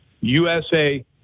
USA